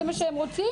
זה מה שהם רוצים?